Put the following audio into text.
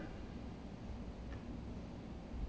a